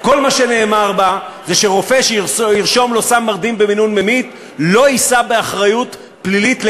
תודה רבה לשר הבריאות חבר הכנסת יעקב